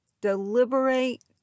deliberate